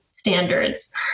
standards